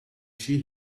she